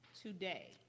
today